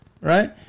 right